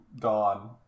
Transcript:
dawn